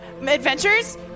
adventures